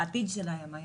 לעתיד שלהם.